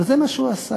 אבל זה מה שהוא עשה.